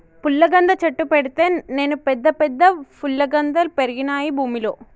పుల్లగంద చెట్టు పెడితే నేను పెద్ద పెద్ద ఫుల్లగందల్ పెరిగినాయి భూమిలో